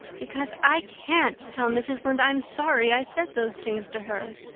because i can't tell mrs. lynde i'm sorry i said those things to her.